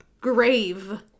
grave